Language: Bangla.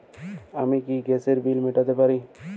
আমি কি গ্যাসের বিল মেটাতে পারি?